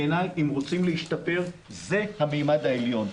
בעיניי אם רוצים להשתפר זה הממד העליון,